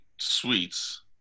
sweets